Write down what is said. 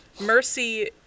Mercy